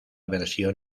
versión